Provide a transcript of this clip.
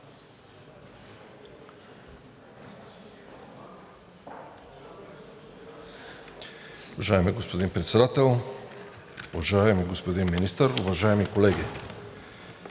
Уважаеми господин Председател, уважаеми господин Министър, уважаеми колеги!